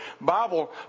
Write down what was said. Bible